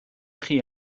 chi